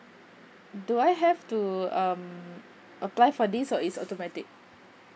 do I have to um apply for this or is automatic